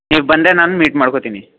ನೀವು ಬಂದರೆ ನಾನು ಮೀಟ್ ಮಾಡ್ಕೋತೀನಿ